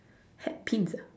headpins ah